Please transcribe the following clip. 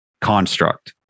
construct